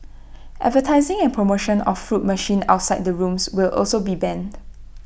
advertising and promotion of fruit machines outside the rooms will also be banned